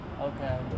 Okay